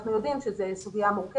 אנחנו יודעים שזה מורכב,